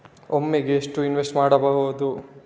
ಒಮ್ಮೆಗೆ ಎಷ್ಟು ಇನ್ವೆಸ್ಟ್ ಮಾಡ್ಬೊದು?